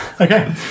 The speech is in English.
Okay